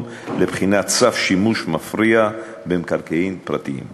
לבחינת צו שימוש מפריע במקרקעין פרטיים.